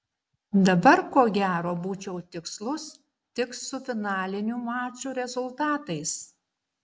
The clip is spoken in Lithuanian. dabar ko gero būčiau tikslus tik su finalinių mačų rezultatais